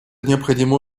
необходимое